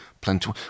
plenty